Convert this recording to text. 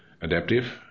adaptive